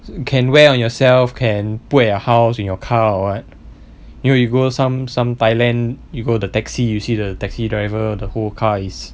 you can wear on yourself can put at your house in your car or what you know you go some some thailand you go the taxi you see the taxi driver the whole car is